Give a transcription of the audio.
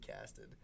casted